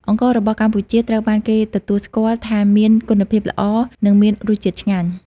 អង្កររបស់កម្ពុជាត្រូវបានគេទទួលស្គាល់ថាមានគុណភាពល្អ និងមានរសជាតិឆ្ងាញ់។